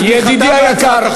ידידי היקר,